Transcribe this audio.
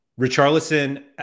Richarlison